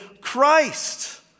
Christ